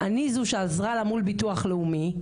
אני זו שעזרה לה מול ביטוח לאומי,